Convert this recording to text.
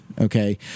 okay